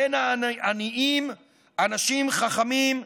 בין העניים אנשים חכמים,